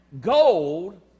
gold